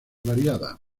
variada